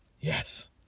Yes